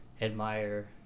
admire